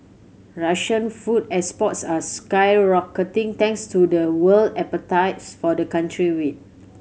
Russian food exports are skyrocketing thanks to the world appetite for the country wheat